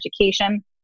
education